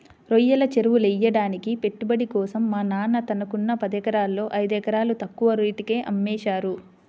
రొయ్యల చెరువులెయ్యడానికి పెట్టుబడి కోసం మా నాన్న తనకున్న పదెకరాల్లో ఐదెకరాలు తక్కువ రేటుకే అమ్మేశారు